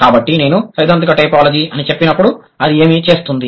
కాబట్టి నేను సైద్ధాంతిక టైపోలాజీ అని చెప్పినప్పుడు అది ఏమి చేస్తుంది